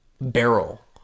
barrel